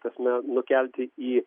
ta prasme nukelti į